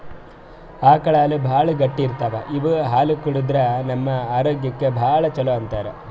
ಆಕಳ್ ಹಾಲ್ ಭಾಳ್ ಗಟ್ಟಿ ಇರ್ತವ್ ಇವ್ ಹಾಲ್ ಕುಡದ್ರ್ ನಮ್ ಆರೋಗ್ಯಕ್ಕ್ ಭಾಳ್ ಛಲೋ ಅಂತಾರ್